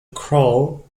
crow